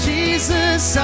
Jesus